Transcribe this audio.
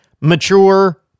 mature